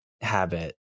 habit